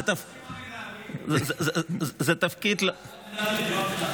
את הרעש עושים המנהלים, לא המנהלות.